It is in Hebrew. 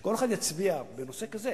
שכל אחד יצביע בנושא כזה